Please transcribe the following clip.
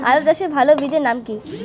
আলু চাষের ভালো বীজের নাম কি?